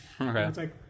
Okay